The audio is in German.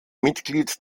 mitglied